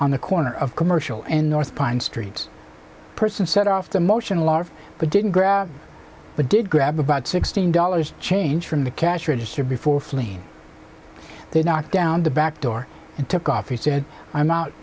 on the corner of commercial and north pine street person set off the motion large but didn't grab but did grab about sixteen dollars change from the cash register before fleeing they knocked down the back door and took off he said i'm out